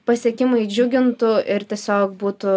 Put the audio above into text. pasiekimai džiugintų ir tiesiog būtų